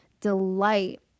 delight